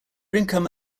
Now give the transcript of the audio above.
income